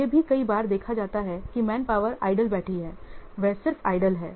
यह भी कई बार देखा जाता है कि मैनपावर आइडल बैठी है वे सिर्फ आइडल हैं